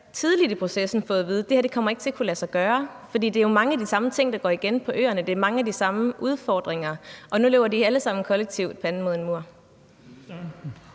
tidligt i processen fået at vide, at det her ikke kommer til at kunne lade sig gøre? For det er jo mange af de samme ting, der går igen på øerne. Det er mange er de samme udfordringer, der er, og nu løber de alle sammen kollektivt panden mod en mur.